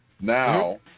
Now